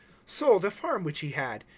sold a farm which he had,